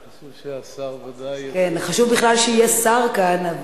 חשוב שהשר ודאי, כן, חשוב בכלל שיהיה שר כאן.